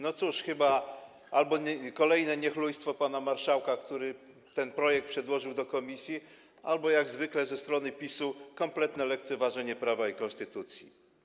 No cóż, to albo kolejne niechlujstwo pana marszałka, który ten projekt przedłożył komisji, albo jak zwykle ze strony PiS-u kompletne lekceważenie prawa i konstytucji.